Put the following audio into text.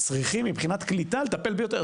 מבחינת קליטה הם צריכים לטפל ביותר.